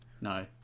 no